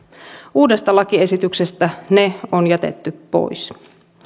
uudesta lakiesityksestä ne on jätetty pois